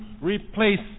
replace